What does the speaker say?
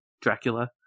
Dracula